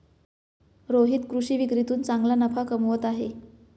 रोहित कृषी विक्रीतून चांगला नफा कमवत आहे